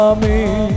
Amen